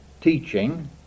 teaching